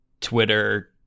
Twitter